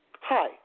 hi